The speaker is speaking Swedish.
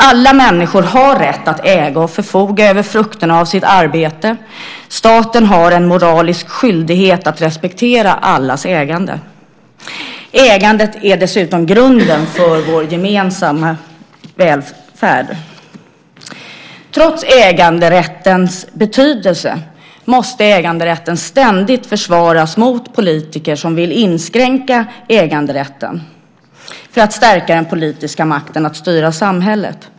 Alla människor har rätt att äga och förfoga över frukterna av sitt arbete. Staten har en moralisk skyldighet att respektera allas ägande. Ägandet är dessutom grunden för vår gemensamma välfärd. Trots äganderättens betydelse måste äganderätten ständigt försvaras mot politiker som vill inskränka den för att stärka den politiska makten att styra samhället.